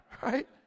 right